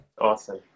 Awesome